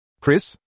Chris